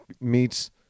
meets